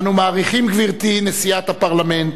אנו מעריכים, גברתי נשיאת הפרלמנט,